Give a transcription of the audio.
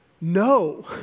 No